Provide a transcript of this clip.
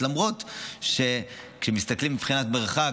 למרות שכשמסתכלים מבחינת מרחק,